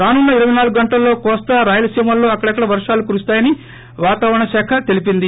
రానున్న ఇరపై నాలుగు గంటల్లో కోస్తా రాయలసీమల్లో అక్కడక్కడా వరాలు కురున్తాయని వాతావరణ శాఖ తెలిపింది